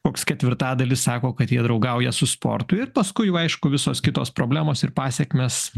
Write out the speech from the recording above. koks ketvirtadalis sako kad jie draugauja su sportu ir paskui jau aišku visos kitos problemos ir pasekmes